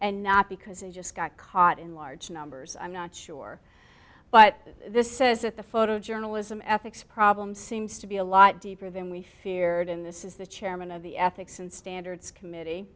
and not because they just got caught in large numbers i'm not sure but this says that the photo journalism ethics problem seems to be a lot deeper than we feared and this is the chairman of the ethics and standards committee